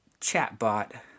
chatbot